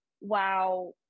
wow